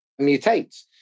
mutates